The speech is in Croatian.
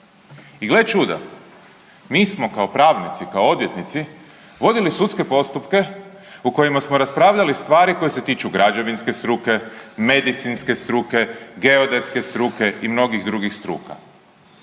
I gle čuda, mi smo kao pravnici, kao odvjetnici vodili sudske postupke u kojima smo raspravljali stvari koje se tiču građevinske struke, medicinske struke, geodetske struke i mnogih drugih struka.